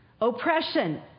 oppression